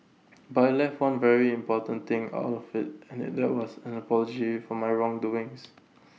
but I left one very important thing out of IT and that was an apology for my wrong doings